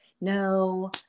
no